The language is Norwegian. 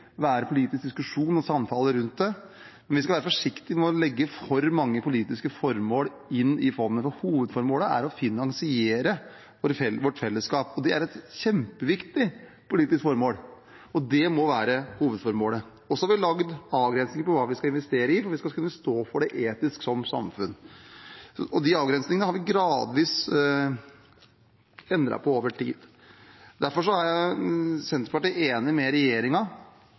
men vi skal være forsiktige med å legge for mange politiske formål inn i fondet, for hovedformålet er å finansiere vårt fellesskap. Det er et kjempeviktig politisk formål, og det må være hovedformålet. Så har vi laget avgrensninger for hva vi skal investere i, for vi skal kunne stå for det etisk som samfunn, og de avgrensningene har vi gradvis endret på over tid. Derfor er Senterpartiet enig med